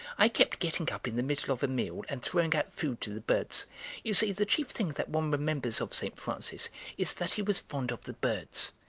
i kept getting up in the middle of a meal, and throwing out food to the birds you see, the chief thing that one remembers of st. francis is that he was fond of the birds.